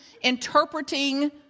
interpreting